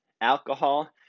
alcohol